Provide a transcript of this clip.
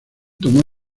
tomó